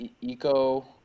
eco